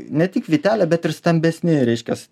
ne tik vytelė bet ir stambesni reiškias